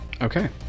Okay